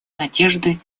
надежды